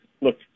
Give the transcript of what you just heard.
look